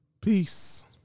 peace